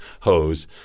hose